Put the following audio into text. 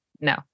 No